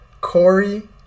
Corey